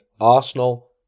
Arsenal